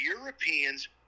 Europeans